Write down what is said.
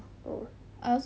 oh